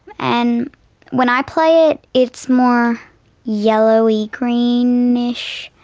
and when i play it it's more yellowy-greenish.